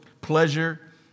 pleasure